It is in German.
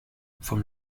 vom